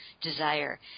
desire